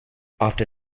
after